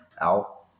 out